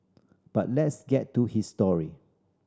but let's get to his story